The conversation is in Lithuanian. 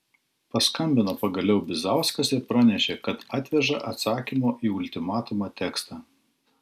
paskambino pagaliau bizauskas ir pranešė kad atveža atsakymo į ultimatumą tekstą